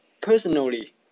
personally